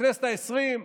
בכנסת העשרים,